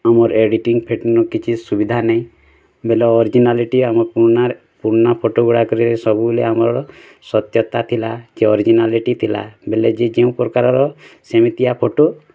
ଆମର ଏଡ଼ିଟିଂ ଫେଡ଼ିଟିଂ କିଛି ସୁବିଧା ନାଇ ବୋଲେ ଅରିଜିନାଲିଟି ପୁରୁଣା ଫଟୋ ଗୁଡ଼ାକରେ ସବୁବେଲେ ଆମର୍ ସତ୍ୟତା ଥିଲା ସେ ଅର୍ଜିନାଲିଟି ଥିଲା ବେଲେ ଯିଏ ଯେଉଁ ପ୍ରକାରର ସେମିତିଆ ଫଟୋ